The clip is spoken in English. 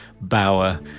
Bauer